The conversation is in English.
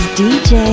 dj